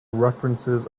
references